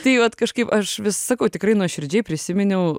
tai vat kažkaip aš vis sakau tikrai nuoširdžiai prisiminiau